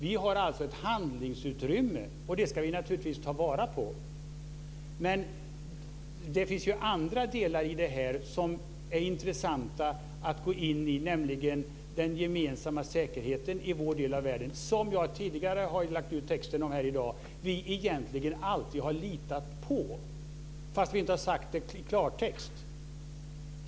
Vi har alltså ett handlingsutrymme, och det ska vi naturligtvis ta vara på. Det finns andra delar i det här som det är intressant att gå in på, nämligen den gemensamma säkerheten i vår del av världen. Den har vi, som jag tidigare i dag har lagt ut texten om, egentligen alltid litat på även om vi inte har sagt det i klartext.